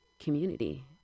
community